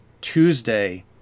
Tuesday